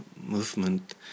movement